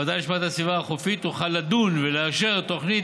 הוועדה לשמירת הסביבה החופית תוכל לדון ולאשר תוכנית